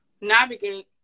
navigate